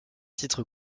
titre